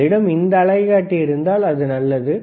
உங்களிடம் இந்த அலைக்காட்டி இருந்தால் அது நல்லது